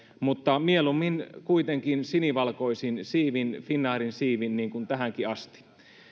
mutta mieluummin kuitenkin sinivalkoisin siivin finnairin siivin niin kuin tähänkin asti